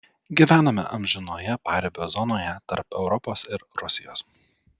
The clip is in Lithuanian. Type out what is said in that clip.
gyvename amžinoje paribio zonoje tarp europos ir rusijos